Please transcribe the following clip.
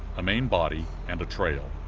a main body, and a trail.